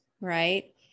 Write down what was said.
right